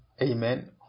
amen